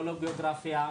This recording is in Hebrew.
לא לגאוגרפיה.